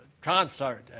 concert